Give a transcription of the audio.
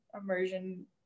immersion